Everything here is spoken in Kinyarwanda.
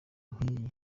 nk’iyi